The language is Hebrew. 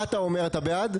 מה אתה אומר אתה בעד?